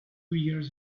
years